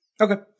Okay